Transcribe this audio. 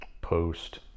post